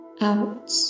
out